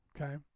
Okay